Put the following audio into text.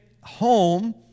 home